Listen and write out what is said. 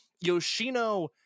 Yoshino